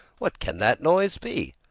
what can that noise be?